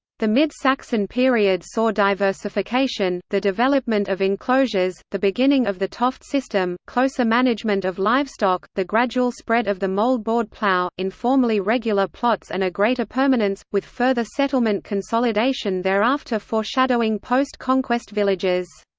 the mid-saxon period saw diversification, the development of enclosures, the beginning of the toft system, closer management of livestock, the gradual spread of the mould-board plough, informally regular plots and a greater permanence, with further settlement consolidation thereafter foreshadowing post-conquest villages.